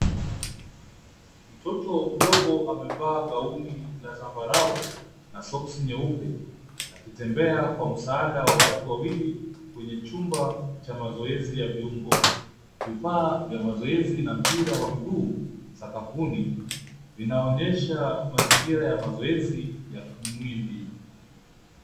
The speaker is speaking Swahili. Mtoto mdogo amevaa gauni la zambarao na soksi nyeupe akitembea kwa msaada wa watu wawili kwenye chumba cha mazoezi ya viungo. Vifaa vya mazoezi na mpira wa miguu sakafuni vinaonyesha mazingira ya mazoezi ya kimwili.